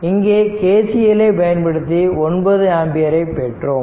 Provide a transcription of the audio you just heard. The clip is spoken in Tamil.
இங்கே கே சி எல் ஐ பயன்படுத்தி 9ஆம்பியரை பெற்றோம்